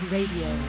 Radio